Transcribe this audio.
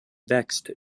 vexed